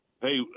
hey